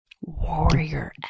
Warrior